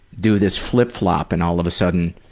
do this flip-flop and all of a sudden.